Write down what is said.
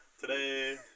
today